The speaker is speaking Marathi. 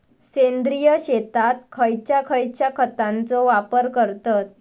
सेंद्रिय शेतात खयच्या खयच्या खतांचो वापर करतत?